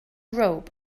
robe